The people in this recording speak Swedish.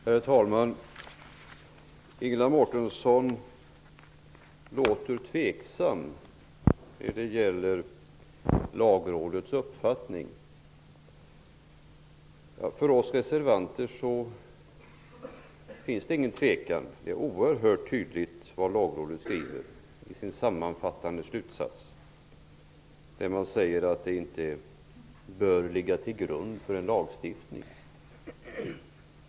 Herr talman! Ingela Mårtensson låter tveksam när det gäller Lagrådets uppfattning. För oss reservanter finns det ingen tvekan. Vad Lagrådet skriver i sin sammanfattande slutsats är oerhört tydligt. Man säger att förslaget inte bör ligga till grund för en lagstiftning.